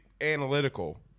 Analytical